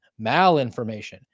malinformation